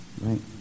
Right